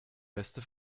beste